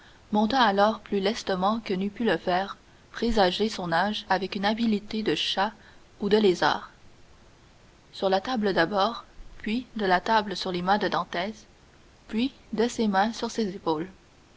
alors plus lestement que n'eût pu le faire présager son âge avec une habileté de chat ou de lézard sur la table d'abord puis de la table sur les mains de dantès puis de ses mains sur ses épaules